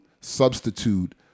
substitute